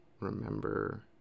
remember